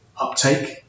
uptake